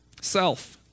Self